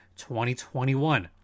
2021